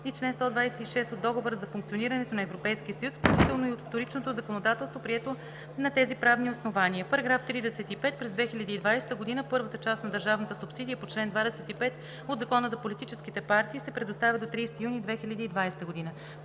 и чл. 126 от Договора за функционирането на Европейския съюз, включително и от вторичното законодателство, прието на тези правни основания. § 35. През 2020 г. първата част на държавната субсидия по чл. 25 от Закона за политическите партии се предоставя до 30 юни 2020 г.